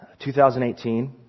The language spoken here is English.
2018